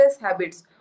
habits